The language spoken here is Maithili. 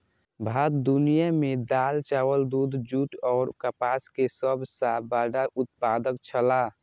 भारत दुनिया में दाल, चावल, दूध, जूट और कपास के सब सॉ बड़ा उत्पादक छला